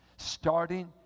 starting